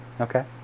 Okay